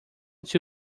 two